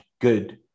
good